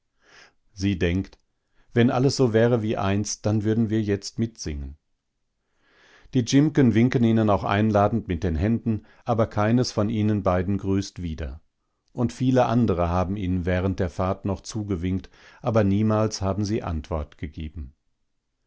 sie denkt wenn alles so wäre wie einst dann würden wir jetzt mitsingen die dzimken winken ihnen auch einladend mit den händen aber keines von ihnen beiden grüßt wieder und viele andere haben ihnen während der fahrt noch zugewinkt aber niemals haben sie antwort gegeben